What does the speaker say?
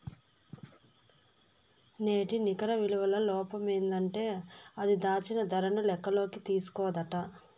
నేటి నికర ఇలువల లోపమేందంటే అది, దాచిన దరను లెక్కల్లోకి తీస్కోదట